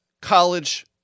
college